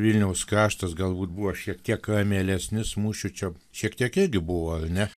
vilniaus kraštas galbūt buvo šiek tiek mielesnis mūšių čia šiek tiek irgi buvo ar ne